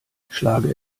schlage